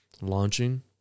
launching